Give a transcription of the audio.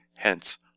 Hence